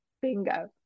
bingo